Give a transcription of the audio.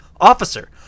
Officer